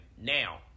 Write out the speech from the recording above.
now